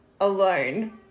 alone